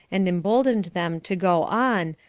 and imboldened them to go on,